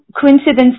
coincidence